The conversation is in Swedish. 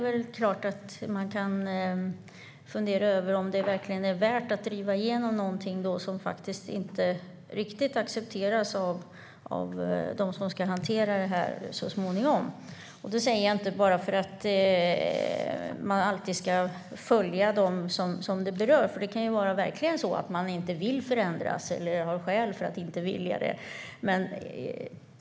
Man kan fundera över om det verkligen är värt att driva igenom något som faktiskt inte riktigt accepteras av dem som ska hantera förslagen så småningom. Det säger jag inte bara för att man alltid ska följa dem som berörs, eftersom det verkligen kan vara så att man inte vill förändras eller har skäl att inte vilja det.